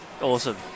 Awesome